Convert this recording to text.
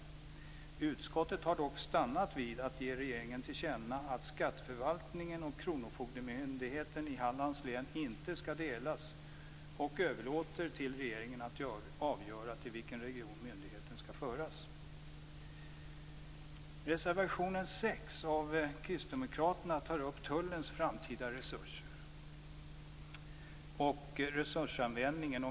Utskottet har dock stannat vid att ge regeringen till känna att skatteförvaltningen och kronofogdemyndigheten i Hallands län inte skall delas och överlåter till regeringen att avgöra till vilken region myndigheten skall föras. I reservation 6 av Kristdemokraterna tas Tullens framtida resurser och resursanvändningen upp.